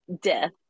death